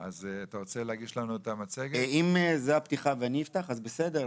אם זו הפתיחה ואני אפתח, אז בסדר.